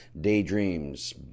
Daydreams